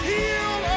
Heal